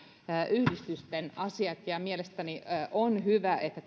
yhdistysten asiat ja mielestäni on hyvä että